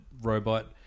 robot